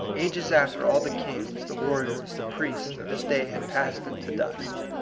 ages after all the kings, the war riors, the priests, of his day had passed into dust.